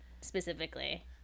specifically